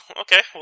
okay